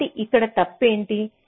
కాబట్టి ఇక్కడ తప్పేంటి